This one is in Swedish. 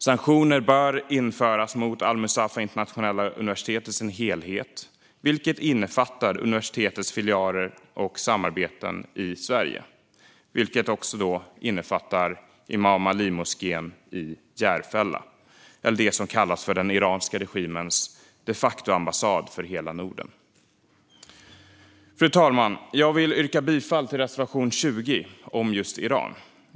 Sanktioner bör införas mot Al-Mustafa International University i dess helhet, vilket innefattar universitetets filialer och samarbeten i Sverige. Det innefattar då även Imam Ali-moskén i Järfälla - det som kallas den iranska regimens de facto-ambassad för hela Norden. Fru talman! Jag yrkar bifall till reservation 20 om Iran.